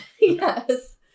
Yes